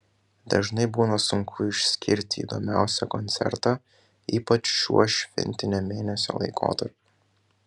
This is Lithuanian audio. dažnai būna sunku išskirti įdomiausią koncertą ypač šiuo šventinio mėnesio laikotarpiu